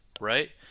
right